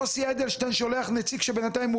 יוסי אדלשטיין שולח נציג כשבינתיים הוא